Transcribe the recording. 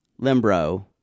Limbro